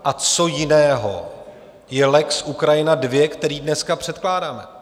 A co jiného je lex Ukrajina II, který dneska předkládáme?